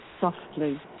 softly